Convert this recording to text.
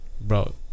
Bro